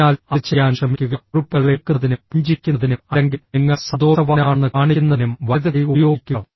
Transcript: അതിനാൽ അത് ചെയ്യാൻ ശ്രമിക്കുക കുറിപ്പുകൾ എടുക്കുന്നതിനും പുഞ്ചിരിക്കുന്നതിനും അല്ലെങ്കിൽ നിങ്ങൾ സന്തോഷവാനാണെന്ന് കാണിക്കുന്നതിനും വലതുകൈ ഉപയോഗിക്കുക